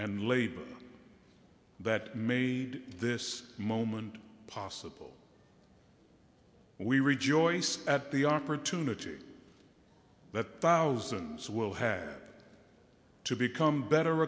and labor that made this moment possible we rejoice at the opportunity that thousands will had to become better